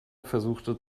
versuchte